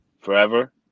forever